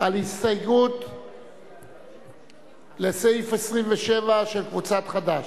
על ההסתייגות לסעיף 27 של קבוצת חד"ש.